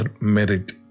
merit